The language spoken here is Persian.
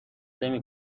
نمی